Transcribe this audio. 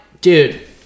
dude